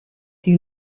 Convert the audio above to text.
die